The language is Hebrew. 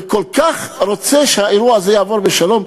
וכל כך רוצה שהאירוע הזה יעבור בשלום,